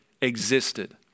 existed